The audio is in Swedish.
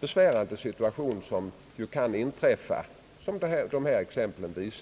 besvärande situation som ju kan inträffa, vilket också dessa exempel visar.